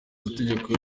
mategeko